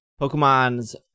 Pokemon's